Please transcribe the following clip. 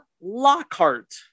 Lockhart